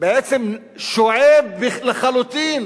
שואף לחלוטין